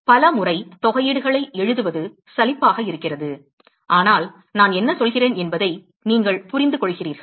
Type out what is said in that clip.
பல முறை தொகையீடுகளை எழுதுவது சலிப்பாக இருக்கிறது ஆனால் நான் என்ன சொல்கிறேன் என்பதை நீங்கள் புரிந்துகொள்கிறீர்கள்